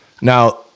Now